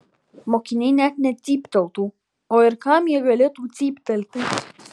mokiniai net necypteltų o ir kam jie galėtų cyptelti